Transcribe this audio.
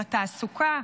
בתעסוקה,